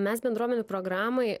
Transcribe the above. mes bendruomenių programai